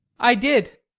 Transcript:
i did.